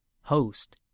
host